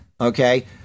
Okay